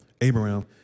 Abraham